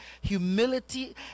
Humility